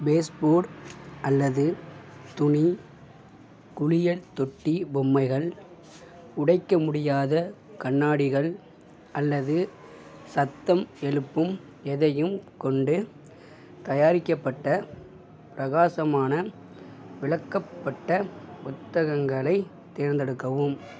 baseboard அல்லது துணி குளியல் தொட்டி பொம்மைகள் உடைக்கமுடியாத கண்ணாடிகள் அல்லது சத்தம் எழுப்பும் எதையும் கொண்டு தயாரிக்கப்பட்ட பிரகாசமான விளக்கப்பட்ட புத்தகங்களை தேர்ந்தெடுக்கவும்